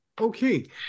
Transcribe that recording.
okay